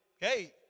Hey